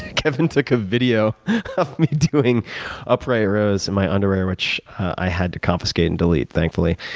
kevin took a video of me doing a prayer rose in my underwear which i had to confiscate and delete, thankfully.